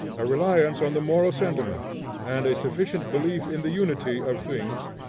a reliance on the moral sentiment and a sufficient belief in the unity of things,